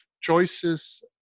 choices